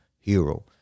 Hero